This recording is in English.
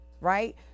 right